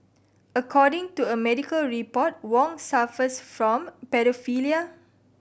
according to a medical report Wong suffers from paedophilia